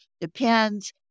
depends